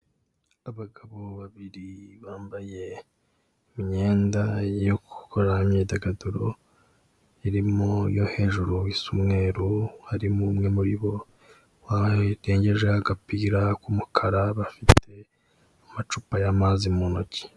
Abagabo babiri bambaye imyenda yo gukora imyidagaduro irimo iyo hejuru isa umweru, harimo umwe muri bo warengejeho agapira k'umukara, bafite amacupa y'amazi mu ntoki.